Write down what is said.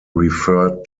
referred